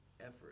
effort